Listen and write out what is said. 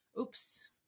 oops